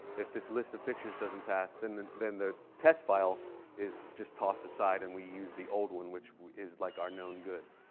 if this list of pictures doesn't pass, then then the test file is just tossed aside. and we use the old one, which is like our known good.